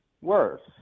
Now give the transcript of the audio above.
worse